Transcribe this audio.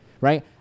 right